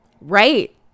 Right